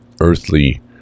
earthly